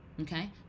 okay